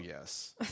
yes